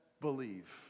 believe